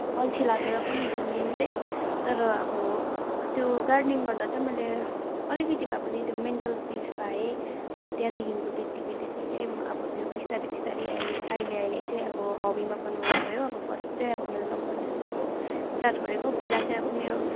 अल्छी लागेर पनि हो मेन चाहिँ तर अब त्यो गार्डनिङ गर्दा चाहिँ मैले अलिकति भए पनि त्यो मेन्टल पिस पाएँ अनि त्यहाँदेखिको त्यतिकै त्यतिकै अब त्यो बिस्तारै बिस्तारै अहिले अहिले अहिले चाहिँ अब हबीमा कन्भर्ट भयो अब फर्स्ट चाहिँ अब मैले लक डाउनमा यसो स्टार्ट गरेको पहिला चाहिँ अब मेरो